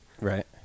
right